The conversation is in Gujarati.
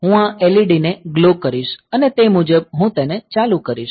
હું આ LED ને ગ્લો કરીશ અને તે મુજબ હું તેને ચાલુ કરીશ